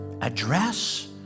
address